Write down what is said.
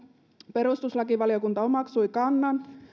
perustuslakivaliokunta omaksui kannan